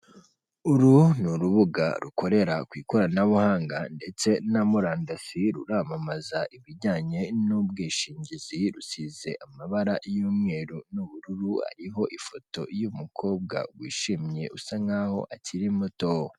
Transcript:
Uru ni urubuga rukorera ku ikoranabuhanga ndetse na murandafi ruramamaza ibijyanye n'ubwishingizi rusize amabara y'umweru n'ubururu ariho ifoto y'umukobwa wishimye usa nk'aho akiri muto.